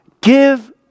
Give